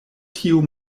tiu